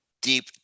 deep